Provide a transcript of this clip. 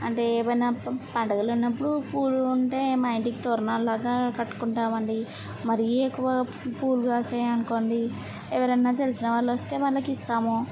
అంటే ఏవన్నా పం పండుగలున్నపుడు పూలు ఉంటే మా ఇంటికి తోరణాలు లాగ కట్టుకుంటామండీ మరీ ఎక్కువ పూలు కాసాయనుకోండీ ఎవరైనా తెలిసిన వాళ్లొస్తే వాళ్ళకిస్తాము